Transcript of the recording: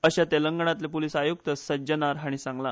अशें तेलंगणातले पुलीस आयुक्त सज्जनार हांणी सांगला